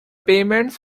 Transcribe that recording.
payments